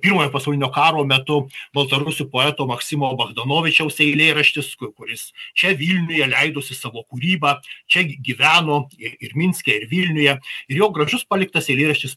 pirmojo pasaulinio karo metu baltarusių poeto maksimo bogdanovičiaus eilėraštis ku kuris čia vilniuje leidosi savo kūryba čia gyveno ir ir minske ir vilniuje ir jo gražus paliktas eilėraštis